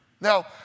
Now